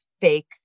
fake